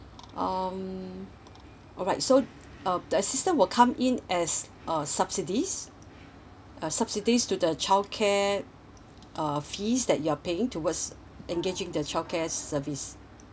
um alright so uh the system will come in as a subsidies uh subsidies to the childcare uh fees that you're paying towards engaging the childcare service